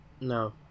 No